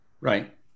Right